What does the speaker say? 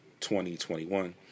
2021